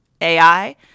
AI